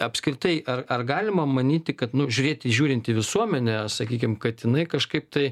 apskritai ar ar galima manyti kad nu žiūrėti žiūrint į visuomenę sakykim kad inai kažkaip tai